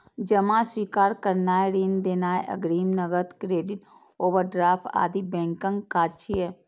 जमा स्वीकार करनाय, ऋण देनाय, अग्रिम, नकद, क्रेडिट, ओवरड्राफ्ट आदि बैंकक काज छियै